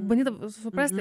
bandydavau suprasti